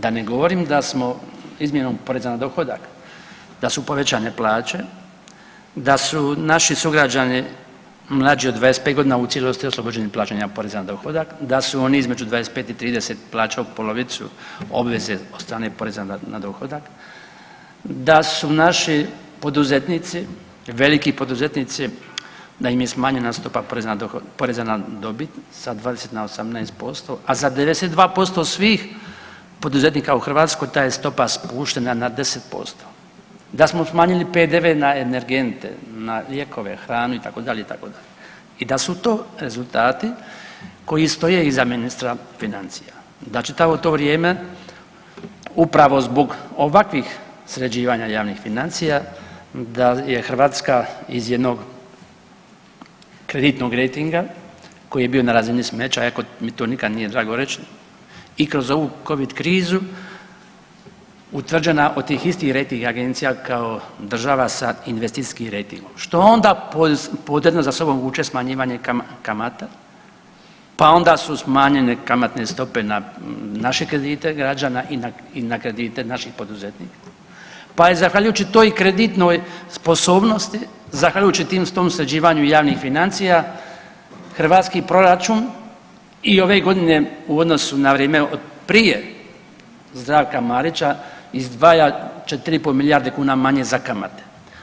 Da ne govorim da smo izmjenom poreza na dohodak da su povećane plaće, da su naši sugrađani mlađi od 25 godina u cijelosti oslobođeni plaćanja poreza na dohodak, da su oni između 25 i 30 plaćali polovicu obveze od strane poreza na dohodak, da su naši poduzetnici, veliki poduzetnici da im je smanjena stopa poreza na dobit sa 20 na 18%, a za 92% svih poduzetnika u Hrvatskoj ta je stopa spuštena na 10%, da smo smanjili PDV na energente, na lijekove, hranu itd., itd. i da su to rezultati koji stoje iza ministra financija, da čitavo to vrijeme upravo zbog ovakvih sređivanja javnih financija da je Hrvatska iz jednog kreditnog rejtinga koji je bio na razini smeća, iako mi to nikad nije drago reć i kroz ovu covid krizu utvrđenja od tih istih rejting agencija kao država sa investicijskim rejtingom, što onda podredno za sobom vuče smanjivanje kamata, pa onda su smanjene kamatne stope na naše kredite građana i na kredite naših poduzetnika, pa je zahvaljujući toj kreditnoj sposobnosti, zahvaljujući tom sređivanju javnih financija hrvatski proračun i ove godine u odnosu na vrijeme od prije Zdravka Marića izdvaja 4,5 milijarde kuna manje za kamate.